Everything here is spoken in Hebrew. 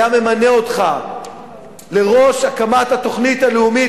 היה ממנה אותך לראש הקמת התוכנית הלאומית